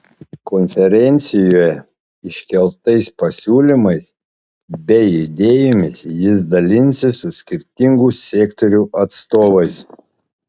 konferencijoje iškeltais pasiūlymais bei idėjomis jis dalinsis su skirtingų sektorių atstovais